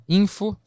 info